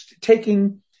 taking